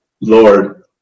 Lord